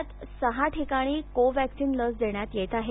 राज्यात सहा ठिकाणी को वॅक्सीन लस देण्यात येत आहे